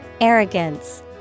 Arrogance